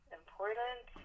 important